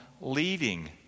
leading